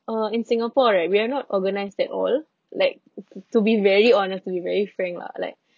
uh in singapore right we are not organized at all like t~ to be very honest to be very fair lah like